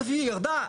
היא ירדה.